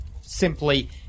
simply